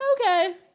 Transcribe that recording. Okay